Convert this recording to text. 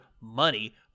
money